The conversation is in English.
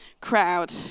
crowd